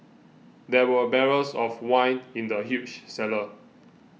there were barrels of wine in the huge cellar